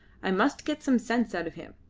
i must get some sense out of him.